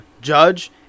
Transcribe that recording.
Judge